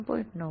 2 3